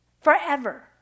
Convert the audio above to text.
forever